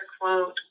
quote